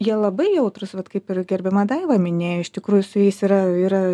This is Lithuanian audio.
jie labai jautrūs vat kaip ir gerbiama daiva minėjo iš tikrųjų su jais yra yra